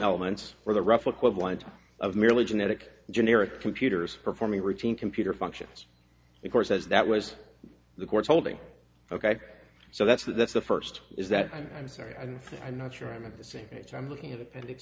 elements were the rough equivalent of merely genetic generic computers performing routine computer functions of course as that was the court's holding ok so that's that's the first is that i'm sorry i mean i'm not sure i'm in the same page i'm looking at appendix